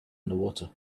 underwater